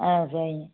ஆ சரிங்க